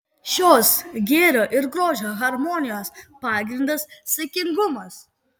šios gėrio ir grožio harmonijos pagrindas saikingumas